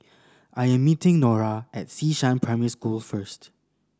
I am meeting Norah at Xishan Primary School first